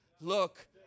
look